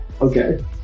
Okay